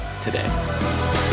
today